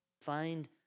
find